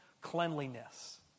cleanliness